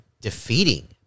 defeating